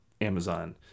Amazon